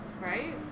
Right